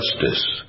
justice